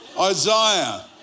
Isaiah